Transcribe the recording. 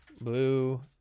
blue